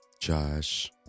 Josh